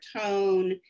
tone